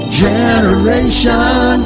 generation